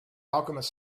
alchemist